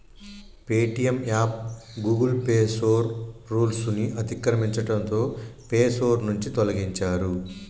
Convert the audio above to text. Paytm app Google Play Store rules ని అతిక్రమించడంతో Play Store నుంచి తొలగించారు